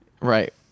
right